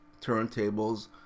turntables